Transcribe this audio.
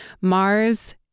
Mars